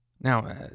Now